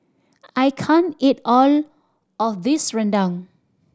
I can't eat all of this rendang